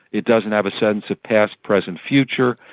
it doesn't have a sense of past, present, future,